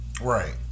Right